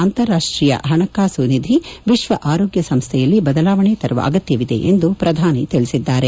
ಅಂತಾರಾಷ್ಷೀಯ ಹಣಕಾಸು ನಿಧಿ ವಿಶ್ವ ಆರೋಗ್ಡ ಸಂಸ್ಟೆಯಲ್ಲಿ ಬದಲಾವಣೆ ತರುವ ಅಗತ್ತವಿದೆ ಎಂದು ಪ್ರಧಾನಿ ತಿಳಿಸಿದ್ದಾರೆ